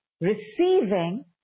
receiving